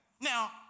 Now